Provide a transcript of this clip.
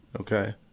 Okay